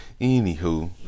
Anywho